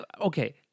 okay